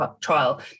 trial